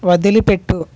వదిలిపెట్టు